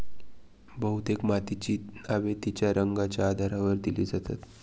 बहुतेक मातीची नावे तिच्या रंगाच्या आधारावर दिली जातात